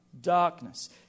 darkness